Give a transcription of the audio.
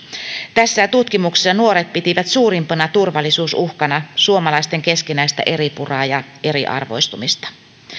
tässä tutkimuksessa nuoret pitivät suurimpana turvallisuusuhkana suomalaisten keskinäistä eripuraa ja eriarvoistumista